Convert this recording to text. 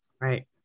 Right